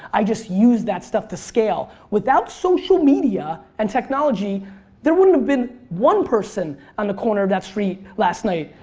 i just use that stuff to scale. without social media and technology there wouldn't have been one person on the corner of that street last night,